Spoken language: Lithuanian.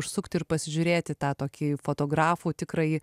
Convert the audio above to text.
užsukti ir pasižiūrėti tą tokį fotografų tikrąjį